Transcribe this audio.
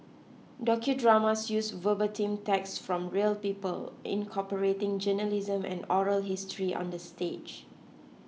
docudramas use verbatim text from real people incorporating journalism and oral history on the stage